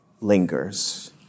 lingers